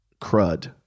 Crud